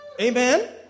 Amen